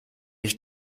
ich